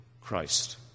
Christ